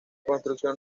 construcción